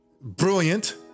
Brilliant